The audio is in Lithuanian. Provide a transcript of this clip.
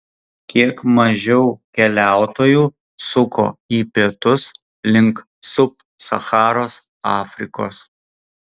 kiek mažiau keliautojų suko į pietus link sub sacharos afrikos